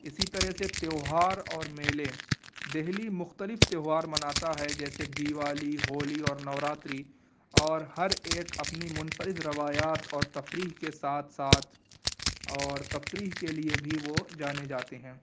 اسی طرح سے تیوہار اور میلے دلی مختلف تیوہار مناتا ہے جیسے دیوالی ہولی اور نو راتری اور ہر ایک اپنی منفرد روایات اور تفریح کے ساتھ ساتھ اور تفریح کے لیے بھی وہ جانے جاتے ہیں